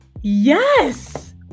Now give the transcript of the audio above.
Yes